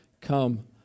come